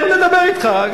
תיכף נדבר אתך.